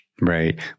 Right